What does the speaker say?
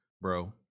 Bro